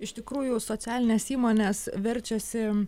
iš tikrųjų socialinės įmonės verčiasi